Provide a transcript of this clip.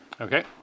Okay